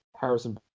Harrison